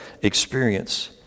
experience